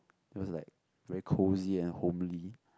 it was like very cosy and homely